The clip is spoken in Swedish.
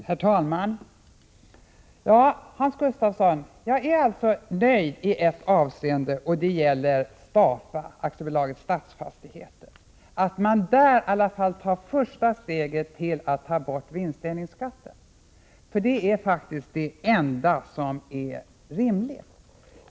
Herr talman! Ja, Hans Gustafsson, jag är alltså nöjd i ett avseende och det gäller att man i alla fall beträffande Stafa, AB Stadsfastigheter, tar första steget mot att ta bort vinstdelningsskatten. Det är faktiskt det enda som är rimligt.